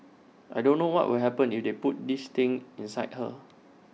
I don't know what will happen if they put this thing inside her